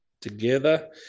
together